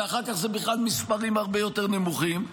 ואחר כך זה בכלל מספרים הרבה יותר נמוכים.